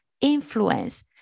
influence